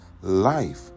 life